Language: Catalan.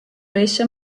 reixa